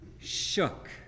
shook